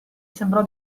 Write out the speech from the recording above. sembrò